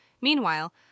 Meanwhile